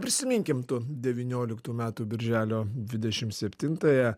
prisiminkim tu devynioliktų metų birželio dvidešimt septintąją